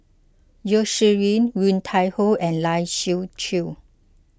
Yeo Shih Yun Woon Tai Ho and Lai Siu Chiu